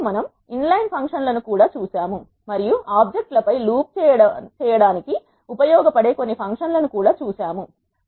మరియు మనము inline function లను కూడా చూశాము మరియు ఆబ్జెక్ట్ లపై లూప్ చేయడానికి ఉపయోగపడే కొన్ని ఫంక్షన్ లను కూడా చూశాము